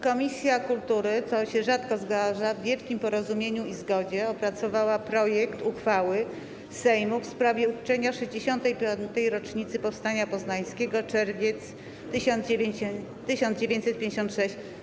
Komisja kultury, co się rzadko zdarza, w wielkim porozumieniu i zgodzie opracowała projekt uchwały Sejmu w sprawie uczczenia 65. rocznicy Powstania Poznańskiego - Czerwiec 1956.